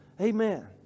Amen